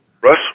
Russ